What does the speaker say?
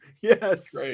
yes